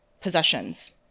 possessions